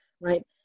right